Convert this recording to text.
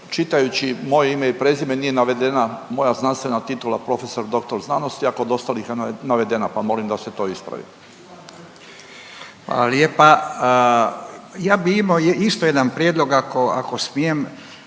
Čitajući moje ime i prezime nije navedena moja znanstvena titula prof.dr.sc., a kod ostalih je navedena pa molim da se to ispravi. **Radin, Furio (Nezavisni)** Hvala lijepa. Ja bi imao isto jedan prijedlog ako, ako smijem.